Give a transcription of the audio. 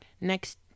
next